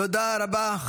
תודה רבה.